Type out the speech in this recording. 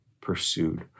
pursued